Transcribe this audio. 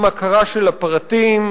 עם הכרה של הפרטים,